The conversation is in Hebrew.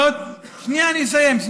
שנייה, אני אסיים.